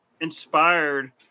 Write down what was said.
inspired